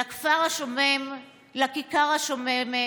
"לכפר השומם, לכיכר השוממת,